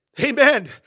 Amen